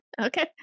Okay